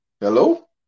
Hello